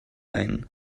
ein